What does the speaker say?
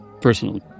personally